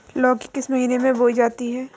लौकी किस महीने में बोई जाती है?